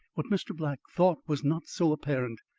what mr. black thought was not so apparent.